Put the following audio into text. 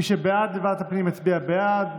מי שבעד ועדת הפנים יצביע בעד,